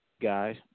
guys